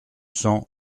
cents